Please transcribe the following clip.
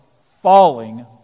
falling